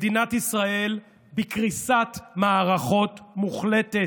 מדינת ישראל בקריסת מערכות מוחלטת.